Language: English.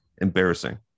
embarrassing